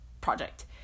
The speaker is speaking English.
project